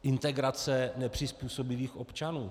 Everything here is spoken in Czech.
Integrace nepřizpůsobivých občanů.